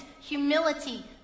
humility